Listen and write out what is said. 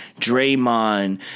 draymond